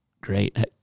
great